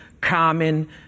Common